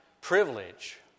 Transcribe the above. privilege